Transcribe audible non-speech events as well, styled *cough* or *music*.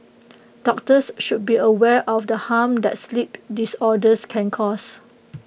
*noise* doctors should be aware of the harm that sleep disorders can cause